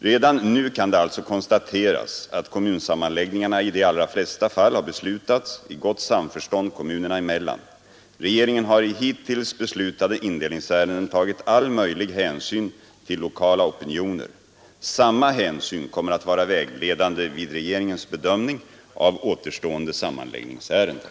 Redan nu kan det alltså konstateras att kommunsammanläggningarna i de allra flesta fall har beslutats i gott samförstånd kommunerna emellan. Regeringen har i hittills beslutade indelningsärenden tagit all möjlig hänsyn till lokala opinioner. Samma hänsyn kommer att vara vägledande vid regeringens bedömning av återstående sammanläggningsärenden.